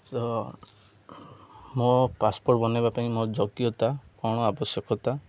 ତ ମୋ ପାସ୍ପୋର୍ଟ୍ ବନାଇବା ପାଇଁ ମୋ ଯୋଗ୍ୟତା କ'ଣ ଆବଶ୍ୟକତା